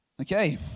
Okay